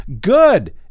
Good